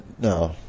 No